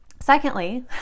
Secondly